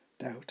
Doubt